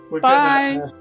Bye